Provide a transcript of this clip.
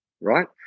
right